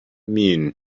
mean